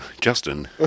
Justin